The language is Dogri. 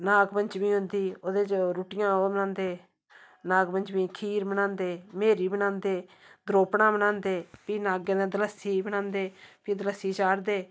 नागपंचमी होंदी ओह्दे च रुटियां ओह् बनादे नागपंचमी गी खीर बनांदे मैरी बनांदे गरुपडा बनांदे फ्ही नागे दे दलसी बनांदे फ्ही दलसी चाढ़दे